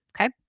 okay